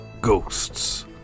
ghosts